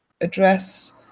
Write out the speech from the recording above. address